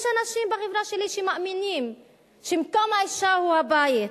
יש אנשים בחברה שלי שמאמינים שמקום האשה הוא הבית.